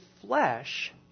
flesh